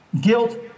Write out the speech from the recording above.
guilt